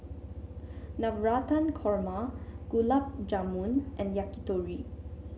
Navratan Korma Gulab Jamun and Yakitori